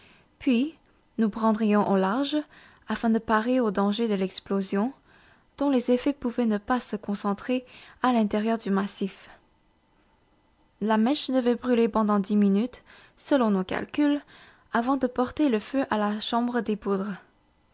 puis nous prendrions au large afin de parer aux dangers de l'explosion dont les effets pouvaient ne pas se concentrer à l'intérieur du massif la mèche devait brûler pondant dix minutes selon nos calculs avant de porter le feu à la chambre des poudres